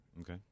Okay